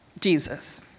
Jesus